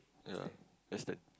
ya that's that